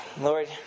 Lord